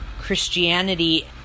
Christianity